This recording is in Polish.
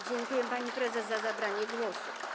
Dziękuję, pani prezes, za zabranie głosu.